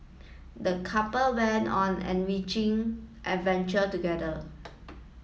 the couple went on enriching adventure together